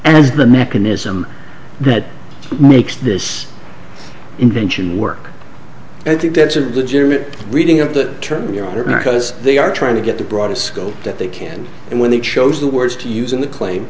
as the mechanism that makes this invention work i think that's a legitimate reading of the term your honor because they are trying to get the broader scope that they can and when they chose the words to use in the claim